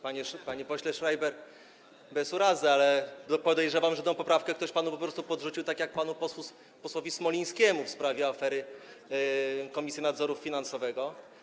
Panie pośle Schreiber, bez urazy, ale podejrzewam, że tę poprawkę ktoś panu po prostu podrzucił, tak jak panu posłowi Smolińskiemu w sprawie afery Komisji Nadzoru Finansowego.